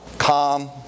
calm